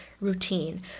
routine